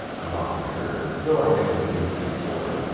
i've often heard, though i never believed it before.